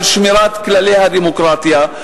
על שמירת כללי הדמוקרטיה.